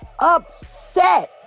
upset